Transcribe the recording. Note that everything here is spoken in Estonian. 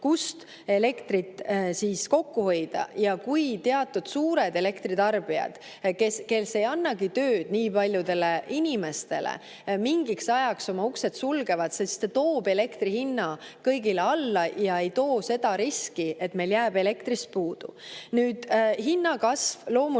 kust elektrit kokku hoida. Ja kui teatud suured elektritarbijad, kes ei annagi tööd nii paljudele inimestele, mingiks ajaks oma uksed sulgevad, siis see toob elektri hinna kõigile alla ja ei too seda riski, et meil jääb elektrist puudu. Nüüd, hinnakasv loomulikult